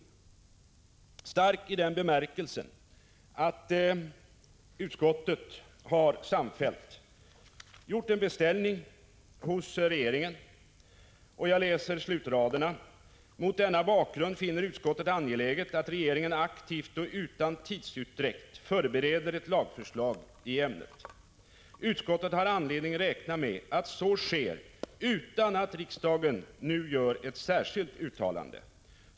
Den är stark i den bemärkelsen att utskottet samfällt har gjort en beställning hos regeringen. Jag läser slutraderna i utskottets skrivning: ”Mot denna bakgrund finner utskottet angeläget att regeringen aktivt och utan tidsutdräkt förbereder ett lagförslag i ämnet. Utskottet har anledning räkna med att så sker utan att riksdagen nu gör ett särskilt uttalande.